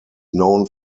known